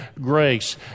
grace